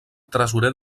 tresorer